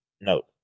note